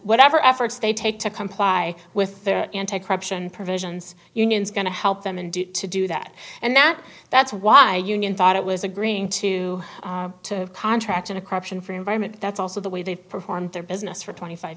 whatever efforts they take to comply with their anti corruption provisions union's going to help them and do it to do that and that that's why union thought it was agreeing to to contract in a corruption free environment that's also the way they've performed their business for twenty five